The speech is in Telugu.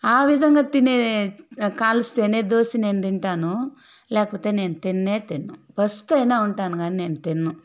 ఆ విధంగా తినే కాలిస్తేనే దోశ నేను తింటాను లేకపోతే నేను తిన్నే తిన్ను పస్తయినా ఉంటాను కానీ నేను తిన్ను